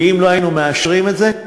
כי אם לא היינו מאשרים את זה,